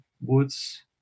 Woods